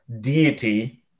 deity